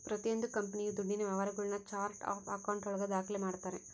ಪ್ರತಿಯೊಂದು ಕಂಪನಿಯು ದುಡ್ಡಿನ ವ್ಯವಹಾರಗುಳ್ನ ಚಾರ್ಟ್ ಆಫ್ ಆಕೌಂಟ್ ಒಳಗ ದಾಖ್ಲೆ ಮಾಡ್ತಾರೆ